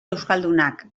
euskaldunak